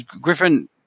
Griffin